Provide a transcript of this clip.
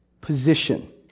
position